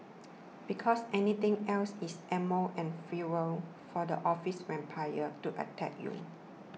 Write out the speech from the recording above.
because anything else is ammo and fuel for the office vampires to attack you